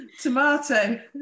tomato